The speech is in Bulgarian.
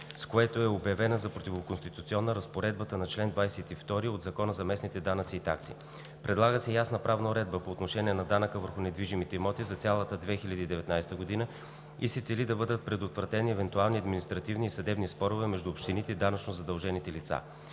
с което е обявена за противоконституционна разпоредбата на чл. 22 от Закона за местните данъци и такси. Предлага се ясна правна уредба по отношение на данъка върху недвижимите имоти за цялата 2019 г. и се цели да бъдат предотвратени евентуални административни и съдебни спорове между общините и данъчно задължените лица.